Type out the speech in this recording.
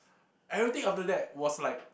everything after that was like